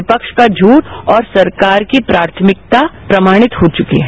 विपक्ष का झूठ और सरकार की प्राथमिकता प्रमाणित हो चुकी है